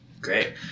great